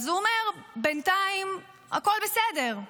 אז הוא אומר: בינתיים הכול בסדר.